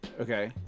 Okay